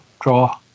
draw